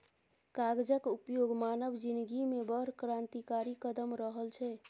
कागजक उपयोग मानव जिनगीमे बड़ क्रान्तिकारी कदम रहल छै